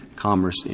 commerce